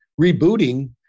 rebooting